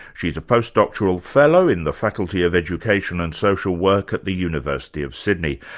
she's a post-doctoral fellow in the faculty of education and social work at the university of sydney.